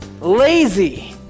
Lazy